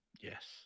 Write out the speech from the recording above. Yes